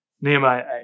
Nehemiah